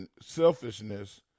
selfishness